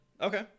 okay